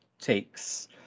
takes